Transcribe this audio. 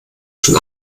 schon